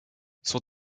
son